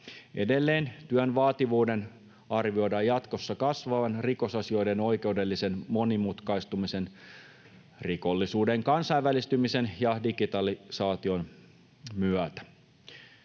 Edelleen työn vaativuuden arvioidaan jatkossa kasvavan rikosasioiden oikeudellisen monimutkaistumisen, rikollisuuden kansainvälistymisen ja digitalisaation myötä.